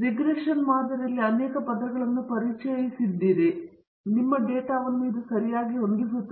ನೀವು ರಿಗ್ರೆಷನ್ ಮಾದರಿಯಲ್ಲಿ ಅನೇಕ ಪದಗಳನ್ನು ಪರಿಚಯಿಸಿದ್ದೀರಿ ಮತ್ತು ಇದು ನಿಮ್ಮ ಡೇಟಾವನ್ನು ಸರಿಯಾಗಿ ಹೊಂದಿಸುತ್ತದೆ